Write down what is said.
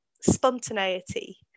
spontaneity